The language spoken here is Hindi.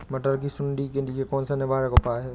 मटर की सुंडी के लिए कौन सा निवारक उपाय है?